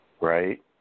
right